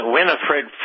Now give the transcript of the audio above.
Winifred